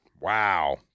Wow